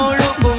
look